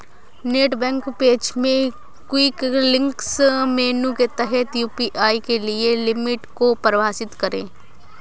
net bank page में quick links menu के तहत यू.पी.आई के लिए लिमिट को परिभाषित करें